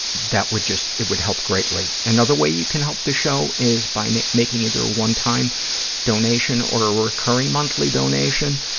that would just, it would help greatly. another way you can help the show is by making either a one-time donation or a recurring monthly donation.